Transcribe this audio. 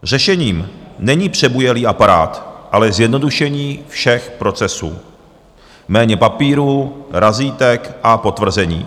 Řešením není přebujelý aparát, ale zjednodušení všech procesů méně papírů, razítek a potvrzení.